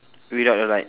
without the light